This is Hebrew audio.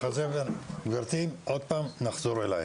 היא ממחלקה של פעוטות